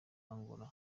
angola